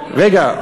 רגע, רגע,